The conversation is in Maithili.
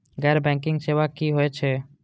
गैर बैंकिंग सेवा की होय छेय?